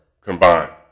combined